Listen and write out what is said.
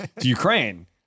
Ukraine